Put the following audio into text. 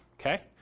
Okay